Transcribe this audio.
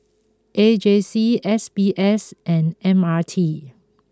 A J C S B S and M R T